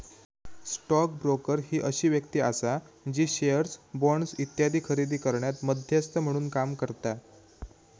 stock broker ही अशी व्यक्ती आसा जी शेअर्स, बॉण्ड्स इत्यादी खरेदी करण्यात मध्यस्थ म्हणून काम करता